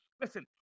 Listen